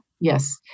Yes